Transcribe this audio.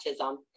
autism